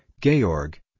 Georg